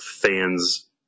fans